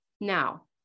Now